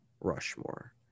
Rushmore